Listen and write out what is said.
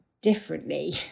differently